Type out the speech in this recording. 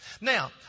Now